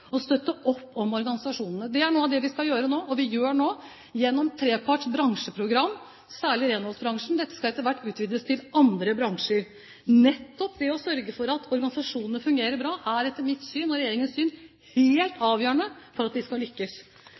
å støtte opp om organisasjonene. Det er noe av det vi gjør nå, gjennom treparts bransjeprogram, særlig i renholdsbransjen. Dette skal etter hvert utvides til andre bransjer. Nettopp det å sørge for at organisasjonene fungerer bra, er etter mitt og regjeringens syn helt avgjørende for at vi skal lykkes.